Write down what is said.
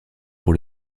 pour